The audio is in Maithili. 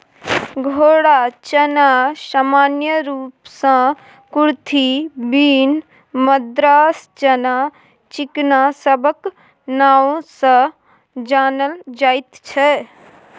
घोड़ा चना सामान्य रूप सँ कुरथी, बीन, मद्रास चना, चिकना सबक नाओ सँ जानल जाइत छै